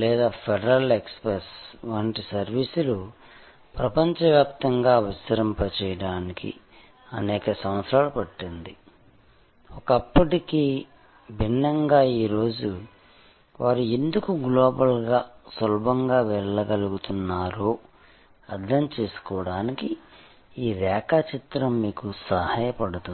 లేదా Federal Express వంటి సర్వీసులు ప్రపంచవ్యాప్తంగా విస్తరింపజేయడానికి అనేక సంవత్సరాలు పట్టింది ఒకప్పటికి భిన్నంగా ఈరోజు వారు ఎందుకు గ్లోబల్గా సులభంగా వెళ్లగలుగుతున్నారో అర్థం చేసుకోవడానికి ఈ రేఖాచిత్రం మీకు సహాయం చేస్తుంది